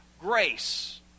grace